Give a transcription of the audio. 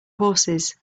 horses